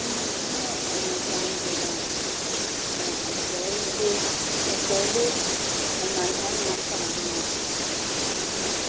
ꯑꯩꯅ ꯌꯥꯝꯅ ꯄꯥꯝꯖꯕ ꯑꯦꯛꯇꯔꯗꯤ ꯑꯦꯛꯇꯔꯗꯤ ꯁꯜꯃꯥꯟ ꯈꯥꯟ ꯌꯥꯝ ꯄꯥꯝꯃꯦ ꯑꯗꯨꯒ